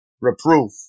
Reproof